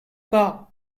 pas